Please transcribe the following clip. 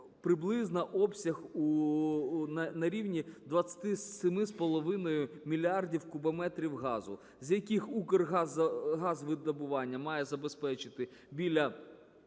приблизно обсяг на рівні 27,5 мільярдів кубометрів газу, з яких "Укргазвидобування" має забезпечити